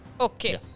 Okay